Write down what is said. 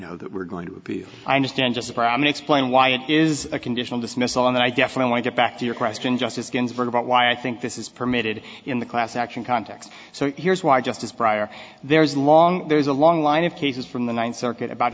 know that we're going to understand just brahman explain why it is a conditional dismissal and i definitely went back to your question justice ginsburg about why i think this is permitted in the class action context so here's why justice brier there's long there's a long line of cases from the ninth circuit about